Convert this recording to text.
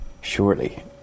surely